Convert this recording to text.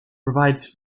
provides